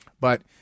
but-